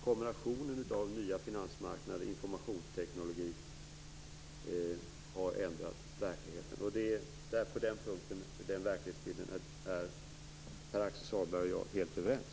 Kombinationen av nya finansmarknader och informationsteknik har ändrat verkligheten, och den verklighetsbilden är Pär-Axel Sahlberg och jag helt överens om.